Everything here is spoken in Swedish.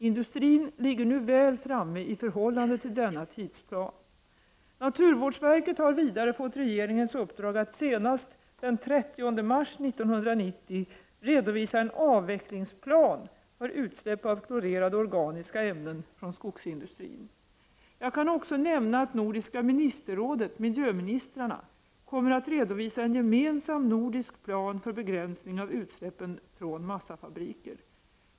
Industrin ligger nu väl framme i förhållande till denna tidsplan. Naturvårdsverket har vidare fått regeringens uppdrag att senast den 30 mars 1990 redovisa en avvecklingsplan för utsläpp av klorerade organiska ämnen från skogsindustrin. Jag kan också nämna att Nordiska ministerrådet kommer att redovisa en gemensam nordisk plan för begränsning av utsläppen från massafabriker.